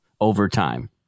overtime